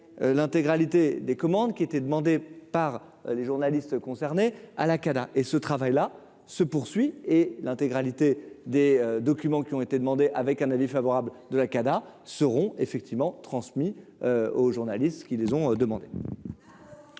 l'intégralité des commandes qui étaient demandés par les journalistes concernés à la Cada et ce travail là se poursuit et l'intégralité des documents qui ont été demandées, avec un avis favorable de la Cada seront effectivement transmis aux journalistes qui les ont demandé.